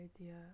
idea